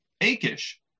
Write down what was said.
Achish